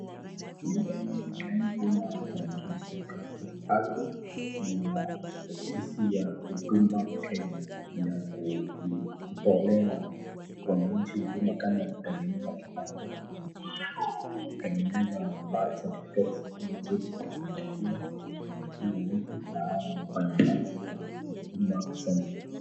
Nyumba hii iliyokuwa na tarakilishi tatu ni ya ofisi ya huduma Kenya ya kutolea wananchi huduma kama kutengeneza kipande, kutengeneza birth cerificates ama cheti cha kuzaliwa, na hawa ni wafanyikazi wa huduma centre .